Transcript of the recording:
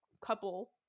couple